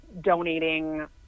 donating